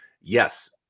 yes